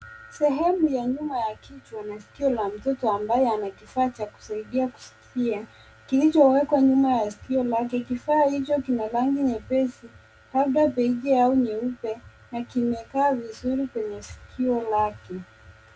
Sehemu ya nyuma ya kichwa na sikio la mtoto ambaye ana kifaa cha kusaidia kuskia kilichowekwa nyuma ya sikio lake. Kifaa hicho kina rangi nyepesi labda beige au nyeupe na kimekaa vizuri kwenye sikio lake.